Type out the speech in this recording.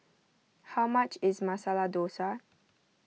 how much is Masala Dosa